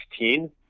2016